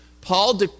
Paul